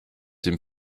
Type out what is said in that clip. dem